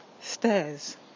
stairs